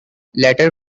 later